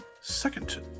second